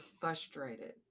frustrated